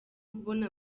kubona